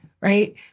Right